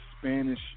Spanish